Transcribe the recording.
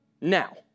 now